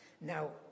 Now